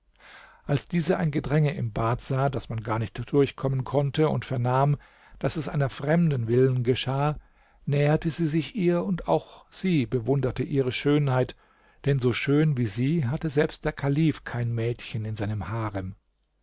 als diese ein gedränge im bad sah daß man gar nicht durchkommen konnte und vernahm daß es einer fremden willen geschah näherte sie sich ihr und auch sie bewunderte ihre schönheit denn so schön wie sie hatte selbst der kalif kein mädchen in seinem harem